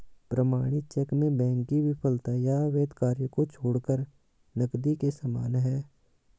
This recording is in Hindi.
प्रमाणित चेक में बैंक की विफलता या अवैध कार्य को छोड़कर नकदी के समान है